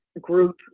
group